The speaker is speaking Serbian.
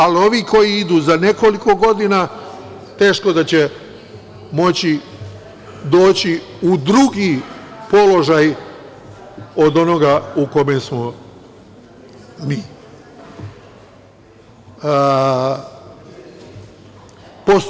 Ali ovi koji idu za nekoliko godina, teško da će moći doći u drugi položaj od onoga u kome smo mi.